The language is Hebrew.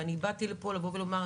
ואני באתי לפה לומר,